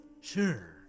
Sure